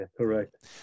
correct